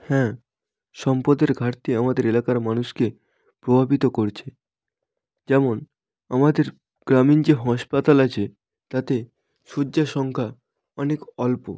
হ্যাঁ সম্পদের ঘাটতি আমাদের এলাকার মানুষকে প্রভাবিত করছে যেমন আমাদের গ্রামীণ যে হসপাতাল আছে তাতে শয্যার সংখ্যা অনেক অল্প